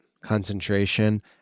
concentration